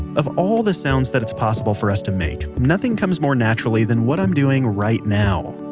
of all the sounds that it's possible for us to make, nothing comes more naturally than what i'm doing right now.